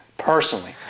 personally